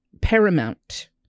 paramount